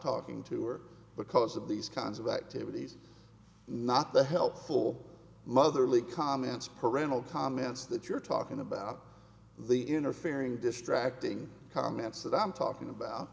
talking to are because of these kinds of activities not the helpful motherly comments parental comments that you're talking about the interfering distracting comments that i'm talking about